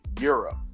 Europe